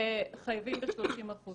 חייבים ב-30%.